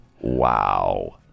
Wow